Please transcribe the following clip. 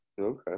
Okay